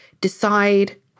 decide